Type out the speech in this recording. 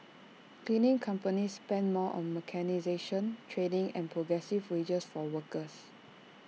cleaning companies spend more on mechanisation training and progressive wages for workers